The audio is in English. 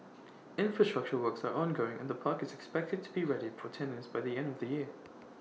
infrastructure works are ongoing and the park is expected to be ready for tenants by the end of the year